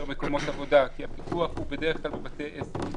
מקומות עבודה כי הפיקוח הוא בדרך כלל בבתי עסק.